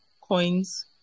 coins